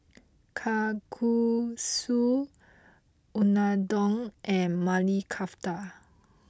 Kalguksu Unadon and Maili Kofta